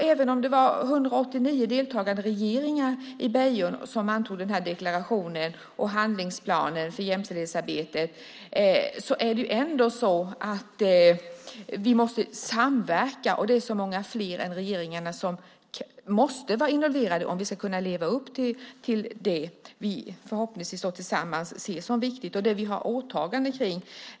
Även om det var 189 deltagande regeringar som i Peking antog denna deklaration och handlingsplan för jämställdhetsarbete måste vi samverka. Och det är så många fler än regeringarna som måste vara involverade om vi ska kunna leva upp till det som vi förhoppningsvis tillsammans ser som viktigt och det som vi har åtaganden kring.